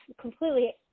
completely